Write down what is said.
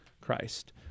Christ